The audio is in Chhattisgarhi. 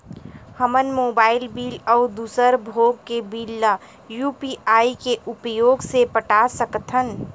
हमन मोबाइल बिल अउ दूसर भोग के बिल ला यू.पी.आई के उपयोग से पटा सकथन